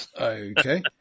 Okay